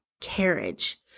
carriage